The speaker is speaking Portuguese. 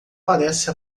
parece